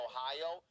Ohio